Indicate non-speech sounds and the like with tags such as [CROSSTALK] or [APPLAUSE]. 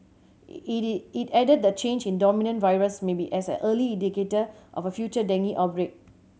[UNINTELLIGIBLE] it added that the change in the dominant virus may be an early indicator of a future dengue outbreak